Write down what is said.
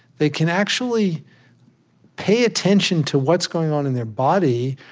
they can actually pay attention to what's going on in their body,